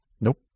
Nope